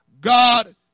God